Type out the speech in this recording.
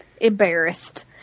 embarrassed